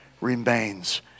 remains